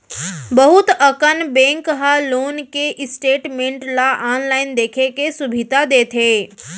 बहुत अकन बेंक ह लोन के स्टेटमेंट ल आनलाइन देखे के सुभीता देथे